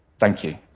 thank you.